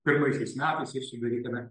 pirmaisiais metais jai sudarytame